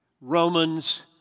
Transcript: Romans